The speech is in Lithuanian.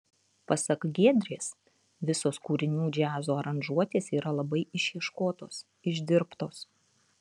pasak giedrės visos kūrinių džiazo aranžuotės yra labai išieškotos išdirbtos